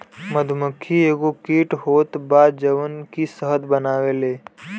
मधुमक्खी एगो कीट होत बा जवन की शहद बनावेले